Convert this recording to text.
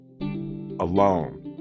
alone